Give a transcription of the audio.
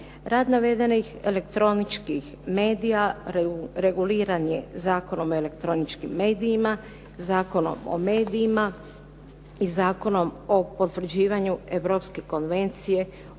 Rad navedenih elektroničkih medija reguliran je Zakonom o elektroničkim medijima, Zakonom o medijima i Zakonom o potvrđivanju Europske konvencije